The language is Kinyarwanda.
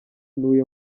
ntuye